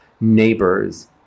neighbors